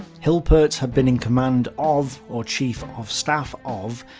hilpert had been in command of, or chief of staff of,